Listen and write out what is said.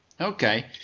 Okay